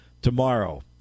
tomorrow